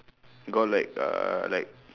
got like uh like